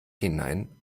hinein